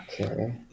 Okay